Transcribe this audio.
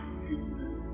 simple